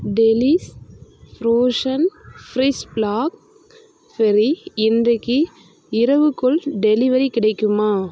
delish frozen fresh blackberry இன்றைக்கு இரவுக்குள் delivery கிடைக்குமா